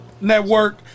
Network